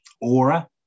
aura